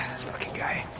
this fuckin' guy.